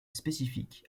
spécifique